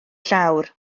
llawr